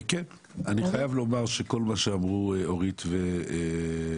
אני חייב לומר שכל מה שאמרו אורית ובצלאל,